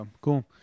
Cool